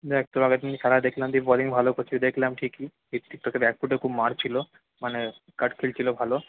দেখ তোর আগের দিন খেলা দেখলাম তুই বলিং ভালো করছিস দেখলাম ঠিকই তোকে ব্যাট খুব মারছিলো মানে কাট খেলছিলো ভালো